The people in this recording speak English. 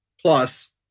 plus